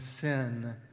sin